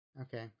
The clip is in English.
Okay